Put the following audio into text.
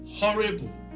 horrible